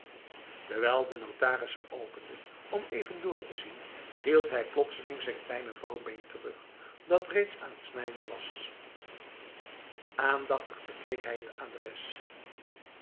terwijl de notaris ze opende om even door te zien hield hij plotseling zijn kleine vouwbeen terug dat reeds aan het snijden was aandachtig bekeek hij het adres